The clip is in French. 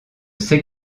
sais